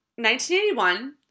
1981